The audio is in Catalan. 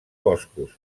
boscos